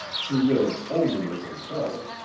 to live only with himself,